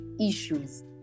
issues